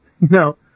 No